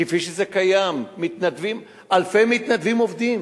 כפי שזה קיים: אלפי מתנדבים עובדים,